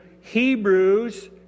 Hebrews